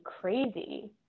crazy